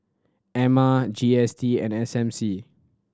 Ema G S T and S M C